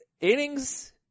innings